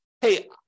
hey